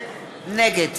נגד